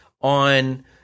on